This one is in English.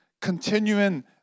continuing